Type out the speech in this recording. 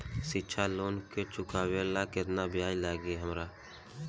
शिक्षा लोन के चुकावेला केतना ब्याज लागि हमरा?